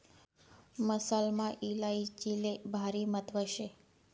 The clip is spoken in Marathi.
मसालामा इलायचीले भारी महत्त्व शे